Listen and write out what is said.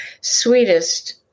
sweetest